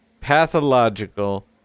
pathological